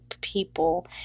people